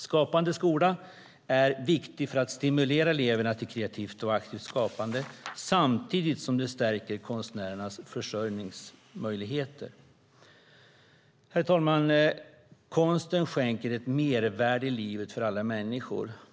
Skapande skola är viktig för att stimulera elever till kreativitet och aktivt skapande samtidigt som det stärker konstnärernas försörjningsmöjligheter. Herr talman! Konsten skänker ett mervärde i livet för alla människor.